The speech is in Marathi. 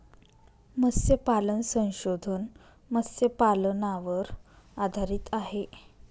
मत्स्यपालन संशोधन मत्स्यपालनावर आधारित आहे